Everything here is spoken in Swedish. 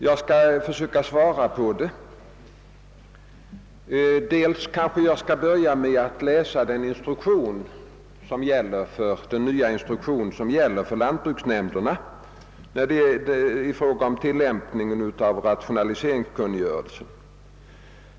Jag skall försöka svara på frågan, och jag vill börja med att läsa ur den nya instruktion som gäller för lantbruksnämnderna i fråga om tillämpningen av rationaliseringskungörelsen.